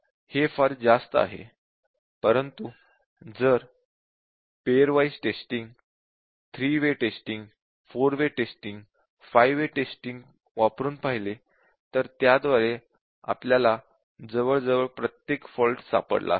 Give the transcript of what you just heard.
हे फार जास्त आहे परंतु जर pairwise testing 3 way testing 4 way testing 5 way testing वापरून पाहिले तर त्याद्वारे आपल्याला जवळजवळ प्रत्येक फॉल्ट सापडला असता